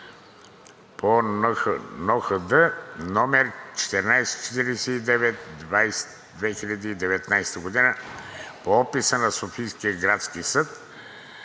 по НОХД № 1449/2019 г. по описа на Софийския градски съд,